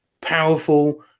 powerful